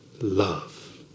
love